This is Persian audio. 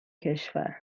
کشور